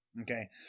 Okay